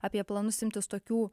apie planus imtis tokių